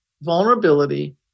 vulnerability